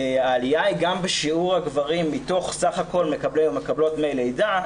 העלייה היא גם בשיעור הגברים מתוך סך הכול מקבלי ומקבלות דמי לידה,